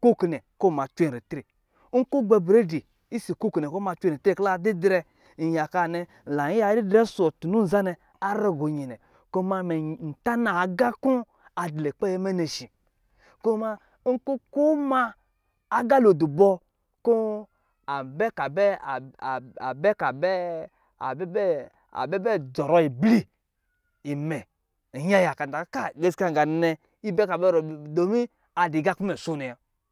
kok kɔ mɔ cwen ritre nga kɔ adɔ lukpɛ cyɛmɛ nɛ shi nma yaka wa kumɛ nko ma aga do dobɔ kabɛ zɔrɔ ibli mɛ yiya yaka takɔ nga nɛnɛ domi adi nga kɔ mɛ so nɛ wa